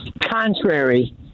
contrary